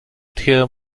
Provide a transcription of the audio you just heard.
tear